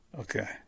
Okay